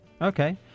Okay